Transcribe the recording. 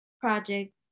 project